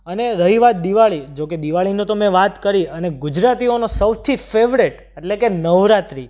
અને રહી વાત દિવાળી જોકે દિવાળીનો તો મેં વાત કરી અને ગુજરાતીઓનો સૌથી ફેવરેટ એટલે કે નવરાત્રિ